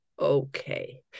okay